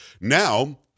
Now